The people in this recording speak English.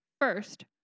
First